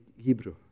Hebrew